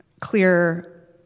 clear